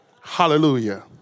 Hallelujah